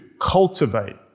cultivate